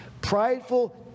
Prideful